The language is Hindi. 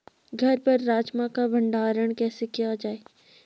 घर पर राजमा का भण्डारण कैसे किया जाय?